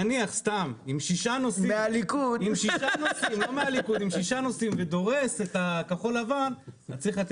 נניח סתם עם ששה נוסעים ודורס את הכחול לבן אז צריך מחיר